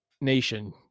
nation